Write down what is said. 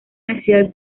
necesidad